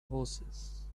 horses